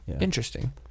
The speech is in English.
interesting